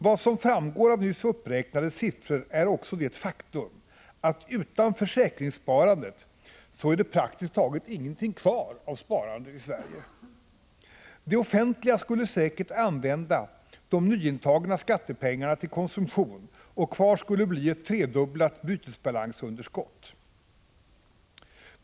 Vad som framgår av nyss uppräknade siffror är också det faktum att utan försäkringssparandet är det praktiskt taget inget kvar av sparande i Sverige. Det offentliga skulle säkert använda de nyintagna skattepengarna till konsumtion, och kvar skulle bli ett tredubblat bytesbalansunderskott.